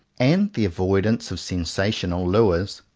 and the avoidance of sensational lures,